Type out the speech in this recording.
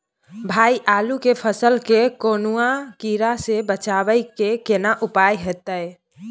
भाई आलू के फसल के कौनुआ कीरा से बचाबै के केना उपाय हैयत?